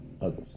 others